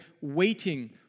waiting